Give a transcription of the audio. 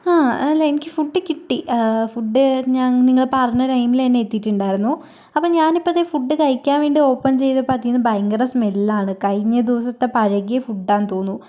ആ അല്ല എനിക്ക് ഫുഡ് കിട്ടി ഫുഡ് ഞാ നിങ്ങള് പറഞ്ഞ ടൈമില് എത്തീട്ടുണ്ടായിരുന്നു അപ്പം ഞാൻ ഇപ്പം ദേ ഫുഡ് കഴിക്കാൻ വേണ്ടി ഓപ്പൺ ചെയ്തപ്പോൾ അതീന്ന് ഭയങ്കര സ്മെൽല്ലാണ് കഴിഞ്ഞ ദിവസത്തെ പഴകിയ ഫുഡാന്ന് തോന്നുന്നു